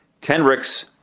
Kendricks